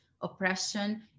oppression